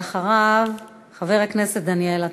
ואחריו, חבר הכנסת דניאל עטר.